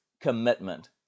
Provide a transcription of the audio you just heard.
commitment